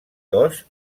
cos